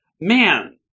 man